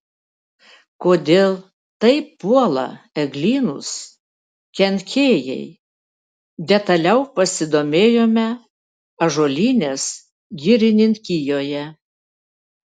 kodėl taip puola eglynus kenkėjai detaliau pasidomėjome ąžuolynės girininkijoje